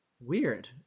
weird